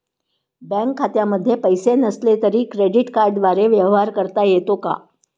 Bank खात्यामध्ये पैसे नसले तरी क्रेडिट कार्डद्वारे व्यवहार करता येतो का?